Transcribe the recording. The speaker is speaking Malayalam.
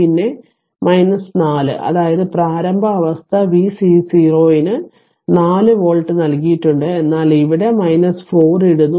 പിന്നെ 4 അതായത് പ്രാരംഭ അവസ്ഥ v c 0 ന് 4 വോൾട്ട് നൽകിയിട്ടുണ്ട് എന്നാൽ ഇവിടെ 4 ഇടുന്നു